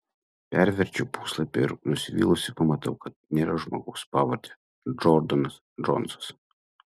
perverčiu puslapį ir nusivylusi pamatau kad nėra žmogaus pavarde džordanas džonsas